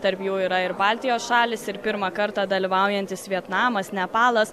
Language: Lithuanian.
tarp jų yra ir baltijos šalys ir pirmą kartą dalyvaujantis vietnamas nepalas